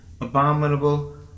abominable